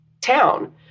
town